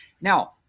Now